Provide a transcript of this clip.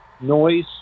noise